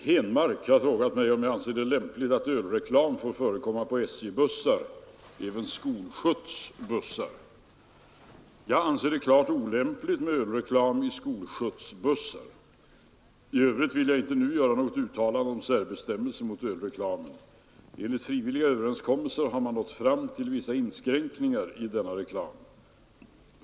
Herr talman! Herr Henmark har frågat mig om jag anser det lämpligt att ölreklam får förekomma på SJ:s bussar . Jag anser det klart olämpligt med ölreklam i skolskjutsbussar. I övrigt vill jag inte nu göra något uttalande om särbestämmelser mot ölreklamen. Enligt frivilliga överenskommelser har man nått fram till vissa inskränkningar i denna reklam.